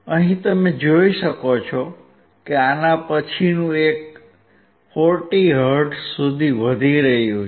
અહીં તમે જોઈ શકો છો કે આના પછીનું એક 40 હર્ટ્ઝ સુધી વધી રહ્યું છે